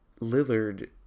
Lillard